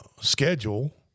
schedule